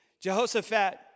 Jehoshaphat